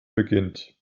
beginnt